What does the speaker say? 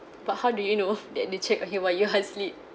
but how do you know that they check on you while you're asleep